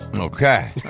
Okay